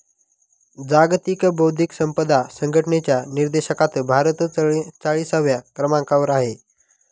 जागतिक बौद्धिक संपदा संघटनेच्या निर्देशांकात भारत चाळीसव्या क्रमांकावर आहे